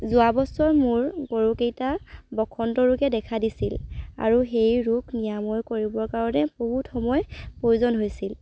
যোৱা বছৰ মোৰ গৰুকেইটা বসন্ত ৰোগে দেখা দিছিল আৰু সেই ৰোগ নিৰাময় কৰিবৰ কাৰণে বহুত সময় প্ৰয়োজন হৈছিল